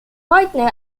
partner